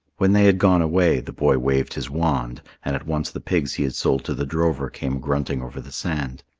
when they had gone away, the boy waved his wand and at once the pigs he had sold to the drover came grunting over the sand.